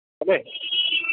হবে